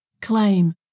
claim